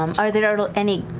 um are there any,